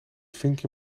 vinkje